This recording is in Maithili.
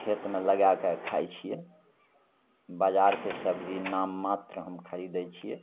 खेतमे लगैके खाइ छिए बजारके सबजी नाममात्रके खरिदै छिए